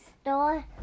store